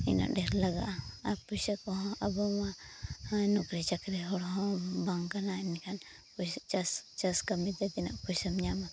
ᱛᱤᱱᱟᱹᱜ ᱰᱷᱮᱨ ᱞᱟᱜᱟᱜᱼᱟ ᱟᱨ ᱯᱚᱭᱥᱟ ᱠᱚᱦᱚᱸ ᱟᱵᱚ ᱢᱟ ᱱᱚᱠᱨᱤᱼᱪᱟᱹᱠᱨᱤ ᱦᱚᱲᱦᱚᱸ ᱵᱟᱝ ᱠᱟᱱᱟᱭ ᱮᱱᱠᱷᱟᱱ ᱪᱟᱥ ᱪᱟᱥ ᱠᱟᱹᱢᱤᱛᱮ ᱛᱤᱱᱟᱹᱜ ᱯᱚᱭᱥᱟᱢ ᱧᱟᱢᱟ